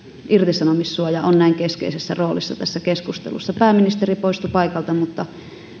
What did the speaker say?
irtisanomissuoja on näin keskeisessä roolissa tässä keskustelussa pääministeri poistui paikalta mutta